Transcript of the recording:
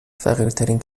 فقیرترین